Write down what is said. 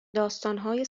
داستانهای